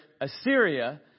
Assyria